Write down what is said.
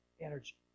energy